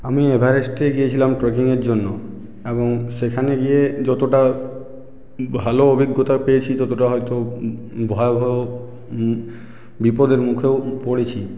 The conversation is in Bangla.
আমি এভারেস্টে গিয়েছিলাম ট্রেকিংয়ের জন্য এবং সেখানে গিয়ে যতটা ভালো অভিজ্ঞতা পেয়েছি ততটা হয়তো ভয়াবহ বিপদের মুখেও পড়েছি